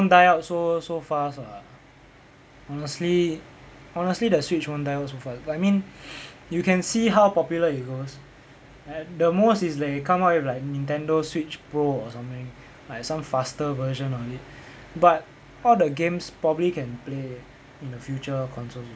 the switch won't die out so so fast lah honestly honestly the switch won't die out so fast but I mean you can see how popular it goes at the most is they come up with like nintendo switch pro or something like some faster version of it but all the games probably can play in the future consoles